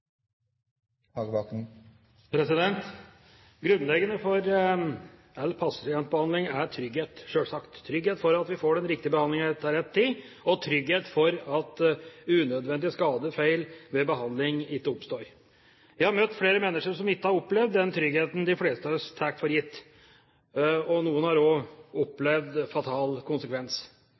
til. Grunnleggende for all pasientbehandling er trygghet, sjølsagt – trygghet for at vi får den riktige behandlingen til rett tid, og trygghet for at unødvendig skade/feil ved behandling ikke oppstår. Jeg har møtt flere mennesker som ikke har opplevd den tryggheten de fleste av oss tar for gitt. Noen har også opplevd